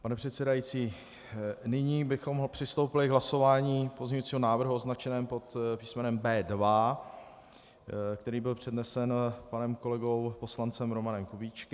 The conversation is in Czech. Pane předsedající, nyní bychom přistoupili k hlasování pozměňujícího návrhu označeného písmenem B2, který byl přednesen panem kolegou poslancem Romanem Kubíčkem.